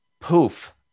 poof